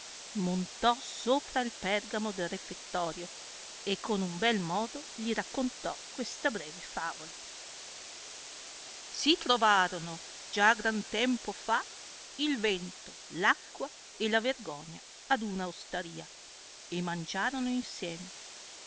montò sopra il pergamo del refettorio e con bel modo li raccontò questa breve favola si trovarono già gran tempo fa il vento l acqua e la vergogna ad una ostarla e mangiarono insieme